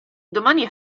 domani